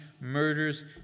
murders